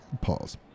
Pause